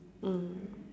mm